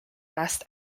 best